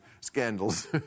scandals